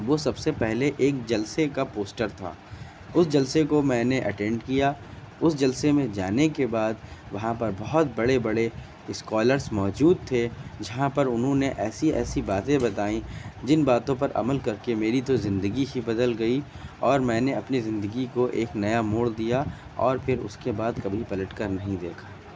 وہ سب سے پہلے ایک جلسے کا پوسٹر تھا اس جلسے کو میں نے اٹینڈ کیا اس جلسے میں جانے کے بعد وہاں پر بہت بڑے بڑے اسکالرس موجود تھے جہاں پر انہوں نے ایسی ایسی باتیں بتائیں جن باتوں پر عمل کر کے میری تو زندگی ہی بدل گئی اور میں نے اپنی زندگی کو ایک نیا موڑ دیا اور پھر اس کے بعد کبھی پلٹ کر نہیں دیکھا